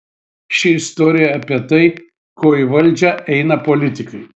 ši istorija apie tai ko į valdžią eina politikai